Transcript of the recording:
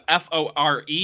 FORE